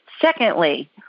Secondly